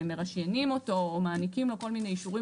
מרשיינים אותו או מעניקים לו כל מיני אישורים